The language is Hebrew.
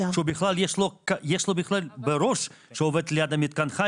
יש לו בכלל בראש שהוא עובד ליד המתקן החי